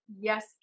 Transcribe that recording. yes